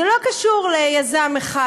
זה לא קשור ליזם אחד,